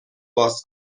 باز